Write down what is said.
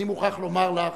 אני מוכרח לומר לך